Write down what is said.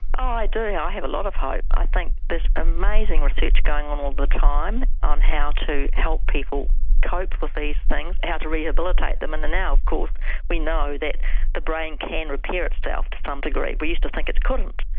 i do, i have a lot of hope. i think there's amazing research going on all the time on how to help people cope with these things, how to rehabilitate them. and now of course we know that the brain can repair itself to some um degree. we used to think it couldn't.